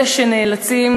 אלה שנאלצים,